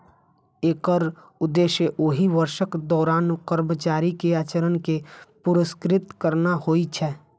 एकर उद्देश्य ओहि वर्षक दौरान कर्मचारी के आचरण कें पुरस्कृत करना होइ छै